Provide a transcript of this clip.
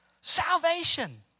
Salvation